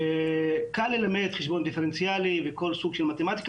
קל ללמד חשבון דיפרנציאלי וכל סוג של מתמטיקה,